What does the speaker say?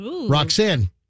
Roxanne